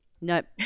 Nope